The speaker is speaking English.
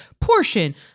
portion